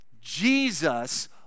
Jesus